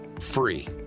free